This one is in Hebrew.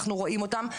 אנחנו רואים אותם,